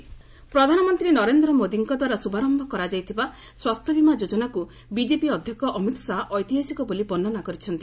ଅମିତ୍ ଶାହା ଆୟୁଷ୍ମାନ୍ ପ୍ରଧାନମନ୍ତ୍ରୀ ନରେନ୍ଦ୍ର ମୋଦିଙ୍କଦ୍ୱାରା ଶୁଭାରମ୍ଭ କରାଯାଇଥିବା ସ୍ୱାସ୍ଥ୍ୟବୀମା ଯୋଜନାକୁ ବିଜେପି ଅଧ୍ୟକ୍ଷ ଅମିତ୍ ଶାହା ଐତିହାସିକ ବୋଲି ବର୍ଷନା କରିଛନ୍ତି